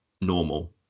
normal